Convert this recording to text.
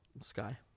Sky